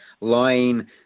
line